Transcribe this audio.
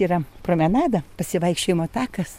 yra promenada pasivaikščiojimo takas